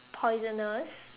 poisonous